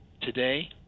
today